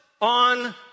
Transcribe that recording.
on